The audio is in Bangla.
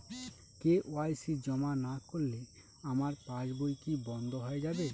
কে.ওয়াই.সি জমা না করলে আমার পাসবই কি বন্ধ হয়ে যাবে?